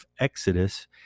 Exodus